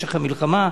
במשך המלחמה,